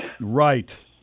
Right